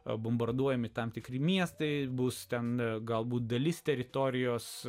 abu bombarduojami tam tikri miestai bus ten galbūt dalis teritorijos